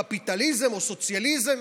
קפיטליזם או סוציאליזם.